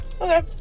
Okay